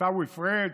ועיסאווי פריג',